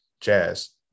jazz